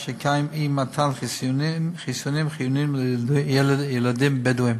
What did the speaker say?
שקיים אי-מתן חיסונים חיוניים לילדים בדואים.